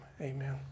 Amen